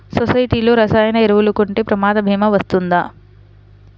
సొసైటీలో రసాయన ఎరువులు కొంటే ప్రమాద భీమా వస్తుందా?